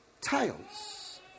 tales